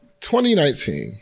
2019